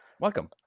Welcome